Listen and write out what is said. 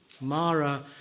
Mara